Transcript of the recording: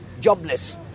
jobless